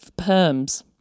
perms